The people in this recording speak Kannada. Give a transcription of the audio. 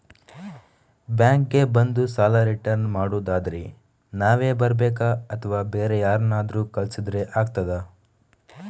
ಬ್ಯಾಂಕ್ ಗೆ ಬಂದು ಸಾಲ ರಿಟರ್ನ್ ಮಾಡುದಾದ್ರೆ ನಾವೇ ಬರ್ಬೇಕಾ ಅಥವಾ ಬೇರೆ ಯಾರನ್ನಾದ್ರೂ ಕಳಿಸಿದ್ರೆ ಆಗ್ತದಾ?